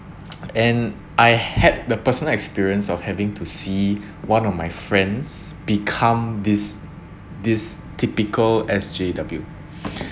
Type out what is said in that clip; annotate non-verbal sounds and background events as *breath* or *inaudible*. *noise* and I had the personal experience of having to see one of my friends become this this typical S_J_W *breath*